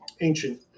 ancient